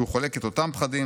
שהוא חולק את אותם פחדים,